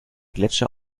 gletscher